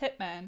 hitman